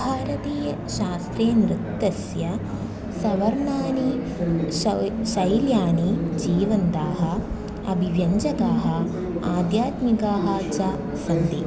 भारतीयशास्त्रीयनृत्तस्य शर्वाणि शौ शैल्यः जीवन्ताः अभिव्यञ्जकाः आद्यात्मिकाः च सन्ति